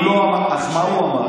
אז מה הוא אמר?